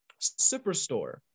superstore